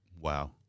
Wow